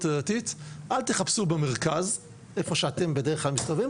הדתית אל תחפשו במרכז איפה שאתם בדרך כלל מסתובבים,